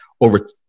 over